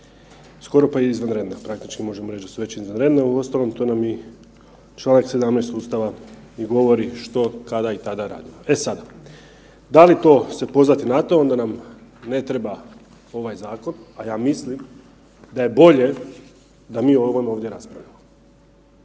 skoro pa izvanredna, praktički možemo reć da su već izvanredna. Uostalom to nam i čl. 17. Ustava govori što, kada i tada radimo. E sad, da li to se pozvati na to, onda nam ne treba ovaj zakon, a ja mislim da je bolje da mi o ovom ovdje raspravljamo.